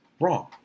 wrong